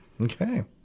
Okay